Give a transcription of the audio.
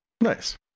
Nice